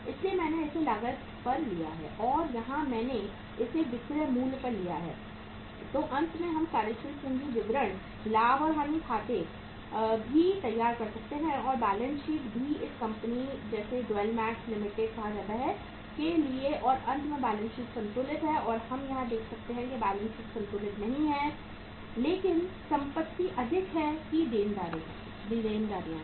इसीलिए मैंने इसे लागत पर लिया है और यहाँ मैंने इसे विक्रय मूल्य पर लिया है और अंत में हम कार्यशील पूंजी विवरण लाभ और हानि खाता भी तैयार कर सकते हैं और बैलेंस शीट भी इस कंपनी जिसे ड्वेल मैक्स लिमिटेड कहा जाता है के लिए और अंत में बैलेंस शीट संतुलित है और हम यहां देख रहे हैं कि बैलेंस शीट संतुलित नहीं है लेकिन संपत्ति अधिक है कि देनदारियां हैं